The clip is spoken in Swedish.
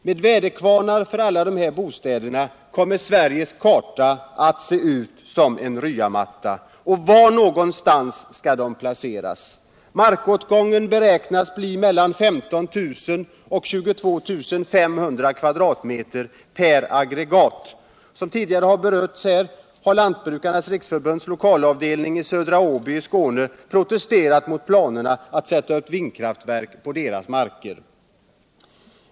Med väderkvarnar för alla dessa bostäder komma Sveriges karta att se ut som en ryamatta. Och var skall de placeras? Markåtgången beräknas bli mellan 15 000 och 22 500 kvadratmeter per aggregat. Som redan berörts har Lantbrukarnas riksförbunds lokalavdelning i Södra Åby i Skåne protesterat mot planerna på att sätta upp vindkraftsaggregat på deras marker.